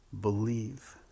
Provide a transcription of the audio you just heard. Believe